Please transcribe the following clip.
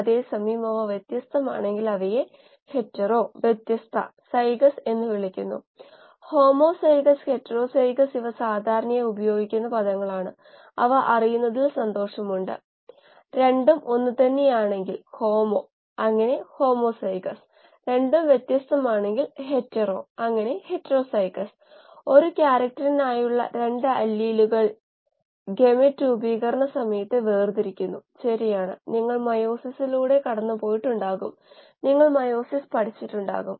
കാര്യങ്ങൾ ഉറപ്പാക്കേണ്ടതുണ്ട് scale up ഉറപ്പാക്കേണ്ടതുണ്ട് അല്ലാത്തപക്ഷം വ്യവസായ തലത്തിൽ ഈ പ്രക്രിയ പ്രായോഗികമാകണമെന്നില്ല അവിടെ സ്കെയിൽ അപ്പ് നിരവധി മടങ്ങുകളിൽ ആകാം നമ്മൾ കണ്ടതുപോലെ ഒരു ലക്ഷം 2 ലക്ഷം റിയാക്ടറുകൾ 2 ലക്ഷം ലിറ്റർ റിയാക്ടറുകൾ തുടങ്ങിയവ ആകാം ലാബ് സ്കെയിൽ 1 ലിറ്റർ ആണ്